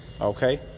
Okay